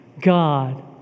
God